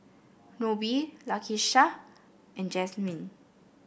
Nobie Lakesha and Jazmyn